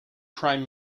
prime